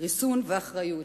ריסון ואחריות.